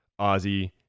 Ozzy